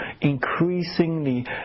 increasingly